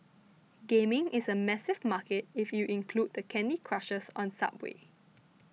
gaming is a massive market if you include the Candy Crushers on subway